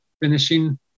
finishing